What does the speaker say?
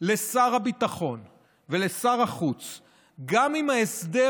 לשר הביטחון ולשר החוץ: גם אם בהסדר